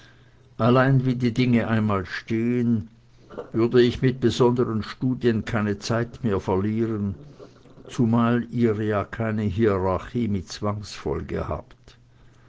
allein wie die dinge einmal stehen würde ich mit besondern studien keine zeit mehr verlieren zumal ihr ja keine hierarchie mit zwangsfolge habt